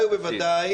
-- ובוודאי ובוודאי